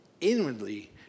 Inwardly